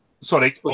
Sorry